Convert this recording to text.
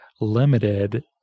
limited